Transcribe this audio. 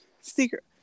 secret